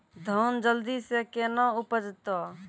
धान जल्दी से के ना उपज तो?